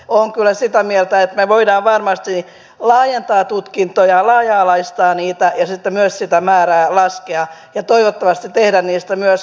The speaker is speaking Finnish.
olen kyllä sitä mieltä että me voimme varmasti laajentaa tutkintoja laaja alaistaa niitä ja sitten myös sitä määrää laskea ja toivottavasti tehdä niistä myös houkuttelevia